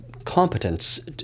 competence